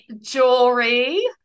jewelry